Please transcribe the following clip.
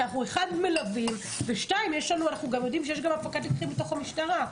כי אנחנו מלווים ויודעים שיש הפקת לקחים בתוך המשטרה.